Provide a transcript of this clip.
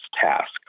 task